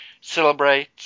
Celebrate